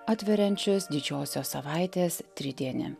atveriančius didžiosios savaitės tridienį